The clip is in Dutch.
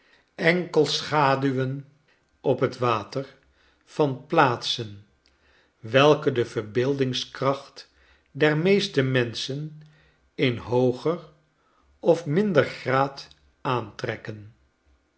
enkel schaduwen op het water van plaatsen welke de verbeeldingskracht der meeste menschen in hooger of minder graad aantrekken